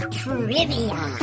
trivia